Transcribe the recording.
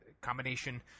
combination